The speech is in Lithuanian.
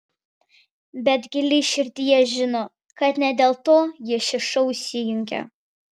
bet giliai širdyje žino kad ne dėl to jie šį šou įsijungia